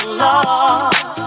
lost